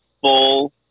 full